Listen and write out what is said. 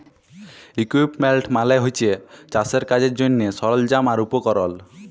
equipment মালে হছে চাষের কাজের জ্যনহে সরল্জাম আর উপকরল